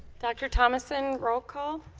dr. thomason roll call